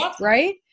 Right